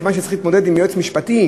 כיוון שצריכים להתמודד עם יועץ משפטי,